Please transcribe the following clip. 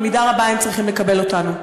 במידה רבה הם צריכים לקבל אותנו.